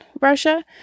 russia